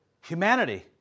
Humanity